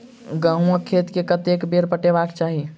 गहुंमक खेत केँ कतेक बेर पटेबाक चाहि?